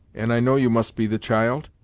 and i know you must be the child?